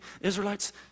Israelites